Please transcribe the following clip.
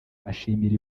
ashimira